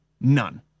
none